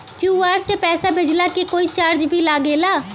QR से पैसा भेजला के कोई चार्ज भी लागेला?